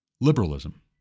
liberalism